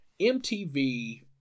MTV